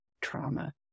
trauma